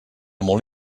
molt